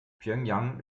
pjöngjang